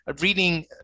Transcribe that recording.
reading